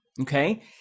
okay